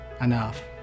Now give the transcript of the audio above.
enough